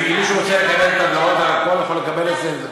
אם מישהו רוצה לעיין, יכול לקבל את זה.